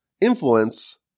influence